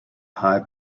high